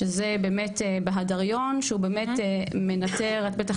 שזה באמת בהדריון, שהוא באמת מנטר, את בטח